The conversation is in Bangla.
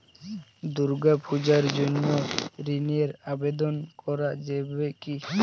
দুর্গাপূজার জন্য ঋণের আবেদন করা যাবে কি?